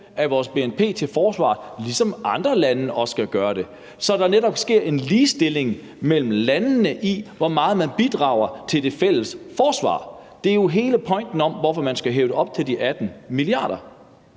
af vores bnp til forsvaret, ligesom andre lande også skal gøre det, så der netop sker en ligestilling mellem landene, med hensyn til hvor meget man bidrager til det fælles forsvar. Det er jo hele pointen med, at man skal hæve det til de 18 mia. kr.